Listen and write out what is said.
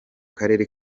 karere